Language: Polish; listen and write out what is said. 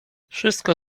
wszystko